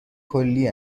کلی